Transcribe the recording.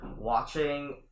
watching